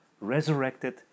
resurrected